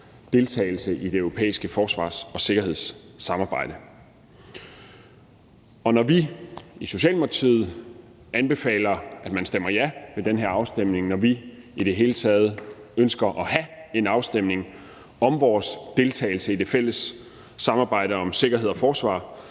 deltagelse i det europæiske forsvars- og sikkerhedssamarbejde. Når vi i Socialdemokratiet anbefaler, at man stemmer ja ved den her afstemning; når vi i det hele taget ønsker at have en afstemning om vores deltagelse i det fælles samarbejde om sikkerhed og forsvar,